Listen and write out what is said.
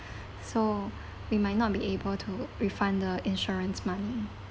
so we might not be able to refund the insurance money